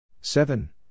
Seven